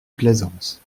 plaisance